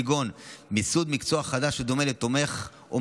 כגון מיסוד מקצוע חדש שדומה לתומך או